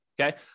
Okay